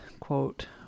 quote